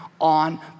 on